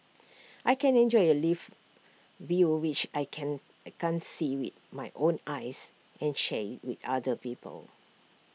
I can enjoy A live view which I can I can't see with my own eyes and share IT with other people